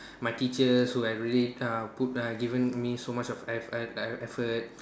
my teachers who had really uh put given me so much of eff~ effort